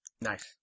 Nice